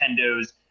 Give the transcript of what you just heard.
Nintendo's